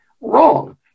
Wrong